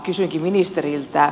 kysynkin ministeriltä